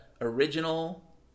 original